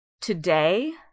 Today